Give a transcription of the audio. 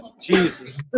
Jesus